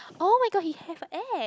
oh-my-god he have act